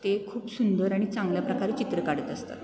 ते खूप सुंदर आणि चांगल्या प्रकारे चित्र काढत असतात